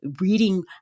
reading